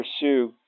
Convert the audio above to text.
pursue